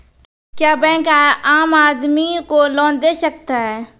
क्या बैंक आम आदमी को लोन दे सकता हैं?